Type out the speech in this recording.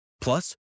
Plus